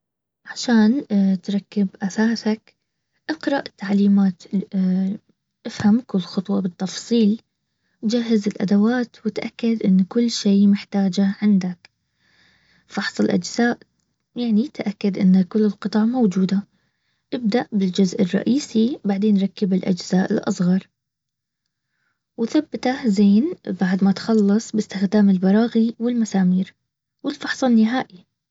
عشان تركب اثاثك ا قرا تعليمات افهم كل خطوه بالتفصيل جهز الادوات واتاكد ان كل شى محتاجه عندك فحص الاجزاء يعني تاكد من كل القطع موجوده ابدا بالجزء الرئيسي بعدين ركب الجزء الاصغر وثبته زين بعد ما تخلص باستخدام البراغي والمسامير والفحص النهائي